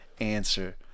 answer